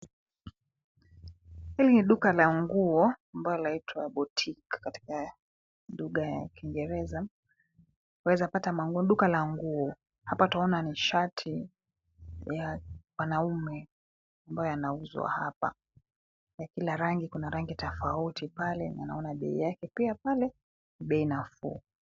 Hili ni duka la nguo ambalo linaitwa boutique katika lugha ya Kingereza. Waweza pata manguo. Ni duka la nguo. Hapa twaona ni shati ya wanaume ambayo yanauzwa hapa ya kila rangi. Kuna rangi tofauti pale na naona bei yake pia pale, ni bei nafuu.